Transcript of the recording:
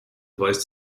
weist